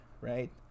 right